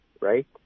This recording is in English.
right